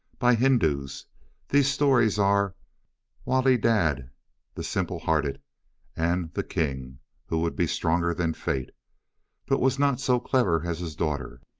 by hindoos these stories are wali dad the simple-hearted and the king who would be stronger than fate but was not so clever as his daughter.